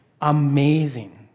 amazing